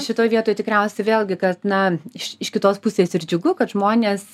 šitoj vietoj tikriausiai vėlgi kad na iš iš kitos pusės ir džiugu kad žmonės